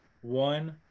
one